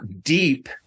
deep